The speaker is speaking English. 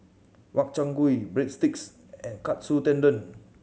Makchang Gui Breadsticks and Katsu Tendon